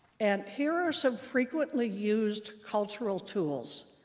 and here are some frequently used cultural tools,